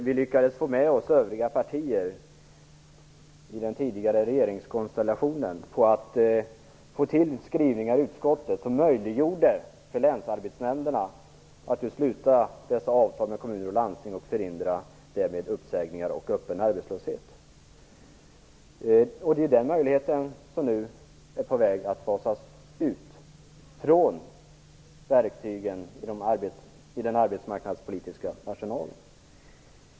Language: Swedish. Vi lyckades få med oss övriga partier i den tidigare regeringskonstellationen på att få till stånd skrivningar i utskottet som möjliggjorde för länsarbetsnämnderna att sluta de berörda avtalen med kommuner och landsting för att förhindra uppsägningar och öppen arbetslöshet. Det är den möjligheten som nu är på väg att fasas ut från verktygen i den arbetsmarknadspolitiska arsenalen.